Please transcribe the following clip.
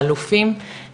האלופים,